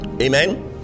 Amen